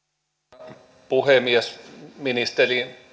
arvoisa puhemies ministerin